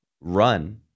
run